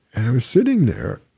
and i was sitting there,